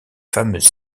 fameuse